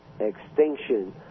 extinction